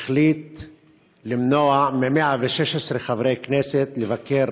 החליט למנוע מ-116 חברי כנסת לבקר